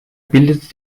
bildet